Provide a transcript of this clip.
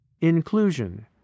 Inclusion